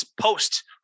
post